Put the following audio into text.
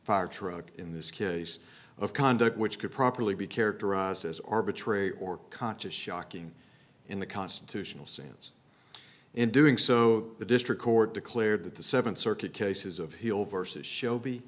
fire truck in this case of conduct which could properly be characterized as arbitrary or conscious shocking in the constitutional sense in doing so the district court declared that the seventh circuit cases of heel versus shelby